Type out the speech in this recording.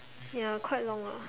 ya quite long lah